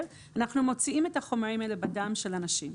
שאנחנו מוצאים את החומרים האלה בדם של אנשים.